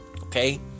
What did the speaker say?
okay